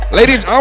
Ladies